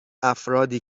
افرادی